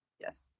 yes